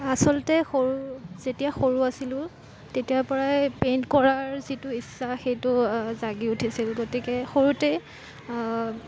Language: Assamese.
আচলতে সৰু যেতিয়া সৰু আছিলোঁ তেতিয়াৰপৰাই পেইণ্ট কৰাৰ যিটো ইচ্ছা সেইটো জাগি উঠিছিল গতিকে সৰুতেই